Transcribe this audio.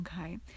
Okay